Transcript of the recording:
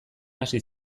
hasi